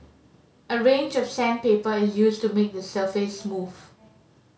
a range of sandpaper is used to make the surface smooth